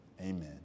amen